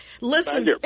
Listen